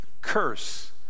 curse